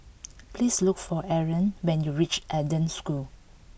please look for Ariane when you reach Eden School